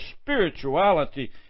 spirituality